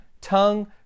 tongue